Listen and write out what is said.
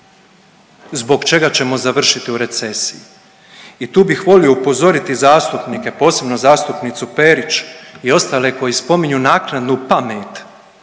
zbog čega ćemo završiti u recesiji. I tu bih volio upozoriti zastupnike, posebno zastupnicu Perić i ostale koji spominju naknadnu pamet